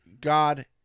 god